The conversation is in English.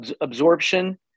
absorption